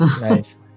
Nice